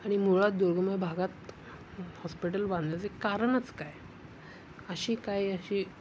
आणि मुळात दुर्गम भागात हॉस्पिटल बांधल्याचे कारणच काय अशी काय अशी